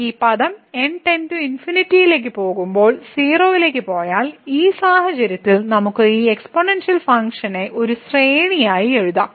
ഈ പദം പോകുമ്പോൾ 0 ലേക്ക് പോയാൽ ഈ സാഹചര്യത്തിൽ നമുക്ക് ഈ എക്സ്പോണൻഷ്യൽ ഫംഗ്ഷനെ ഒരു ശ്രേണിയായി എഴുതാം